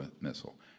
missile